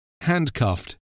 handcuffed